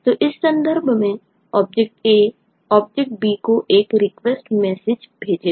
तो इस संदर्भ में ऑब्जेक्ट A ऑब्जेक्ट B को एक रिक्वेस्ट मैसेज भेजेगा